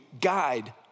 guide